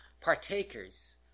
partakers